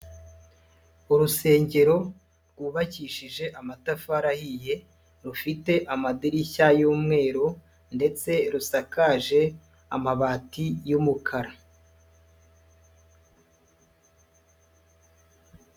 Urusengero rwubakishije amatafari ahiye, rufite amadirishya y'umweru ndetse rusakaje amabati y'umukara.